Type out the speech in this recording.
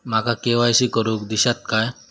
माका के.वाय.सी करून दिश्यात काय?